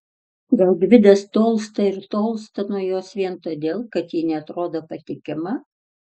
gal gvidas tolsta ir tolsta nuo jos vien todėl kad ji neatrodo patikima